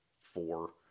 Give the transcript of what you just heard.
four